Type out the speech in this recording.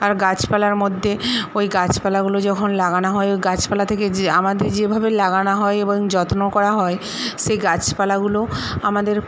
আর গাছপালার মধ্যে ওই গাছপালাগুলো যখন লাগানো হয় ওই গাছপালা থেকে য আমাদের যেভাবে লাগানো হয় এবং যত্ন করা হয় সেই গাছপালাগুলো আমাদের